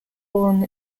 born